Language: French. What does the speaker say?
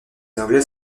anglais